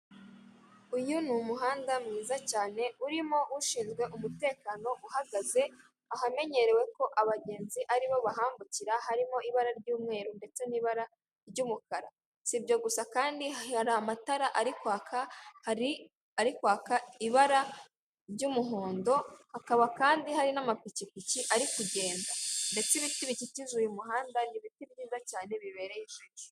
Uyu ni umuhanda mwiza cyane urimo ushinzwe umutekano uhagaze ahamenyereweko abagenzi aribo bahambukira harimo ibara ry'umweru n'umukara sibyo gusa hari amatara ari kwaka ibara ry'umuhondo hakaba kandi hari namapikipiki ari kugenda ndetse ibiti bikikije uyu muhanda ni ibiti byiza cyane bibereye ijisho.